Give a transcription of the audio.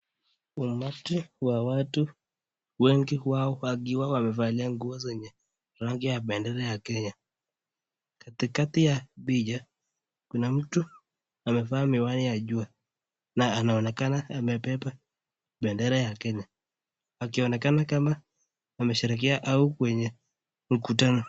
Umati wa watu wengi wao wakiwa wamevalia nguo zenye rangi ya bendera ya Kenya. Katikati ya picha kuna mtu amevaa miwani ya jua na anaonekana amebeba bendera ya Kenya akionekana kama wanasherehekea au kwenye mkutano.